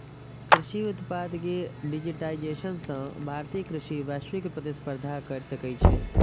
कृषि उत्पाद के डिजिटाइजेशन सं भारतीय कृषि वैश्विक प्रतिस्पर्धा कैर सकै छै